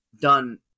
done